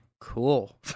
cool